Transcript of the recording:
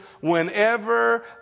whenever